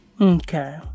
Okay